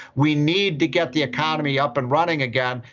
we need to get the economy up and running again.